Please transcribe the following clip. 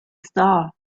star